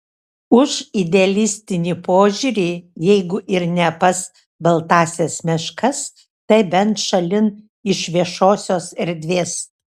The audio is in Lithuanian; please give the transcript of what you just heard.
už idealistinį požiūrį jeigu ir ne pas baltąsias meškas tai bent šalin iš viešosios erdvės